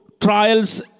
trials